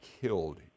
killed